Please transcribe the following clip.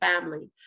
family